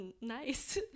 nice